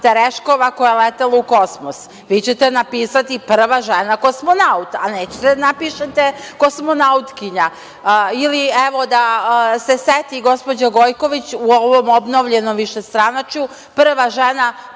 Tereškova, koja je letela u kosmos, vi ćete napisati prva žena kosmonaut, a nećete da napišete kosmonautkinja, ili evo, da se seti gospođa Gojković, u ovom obnovljenom višestranačju, prva žena